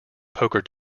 poker